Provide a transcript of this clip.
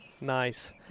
Nice